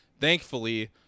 Thankfully